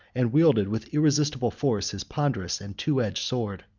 and wielded with irresistible force his ponderous and two-edged sword.